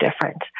different